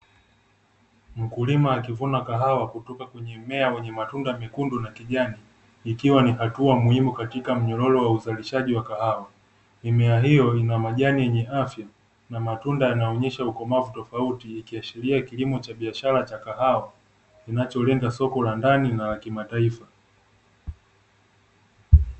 Mkulima akivuna kahawa kutoka kwenye mmea wenye matunda mekundu na kijani, ikiwa ni hatua muhimu katika mnyororo wa uzalishaji wa kahawa. Mimea hiyo ina majani yenye afya, na matunda yanaonyesha ukomavu tofauti, ikiashiria kilimo cha biashara cha kahawa, kinacholenga soko la ndani na la kimataifa.